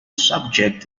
subject